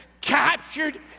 captured